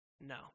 No